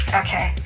okay